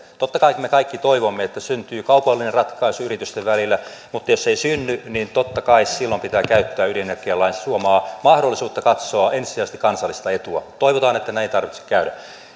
totta kai me me kaikki toivomme että syntyy kaupallinen ratkaisu yritysten välillä mutta jos ei synny niin totta kai silloin pitää käyttää ydinenergialain suomaa mahdollisuutta katsoa ensisijaisesti kansallista etua toivotaan että näin ei tarvitse tehdä